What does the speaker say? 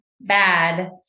bad